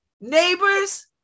neighbors